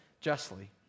justly